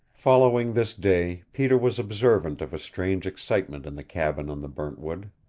following this day peter was observant of a strange excitement in the cabin on the burntwood.